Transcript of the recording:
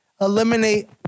eliminate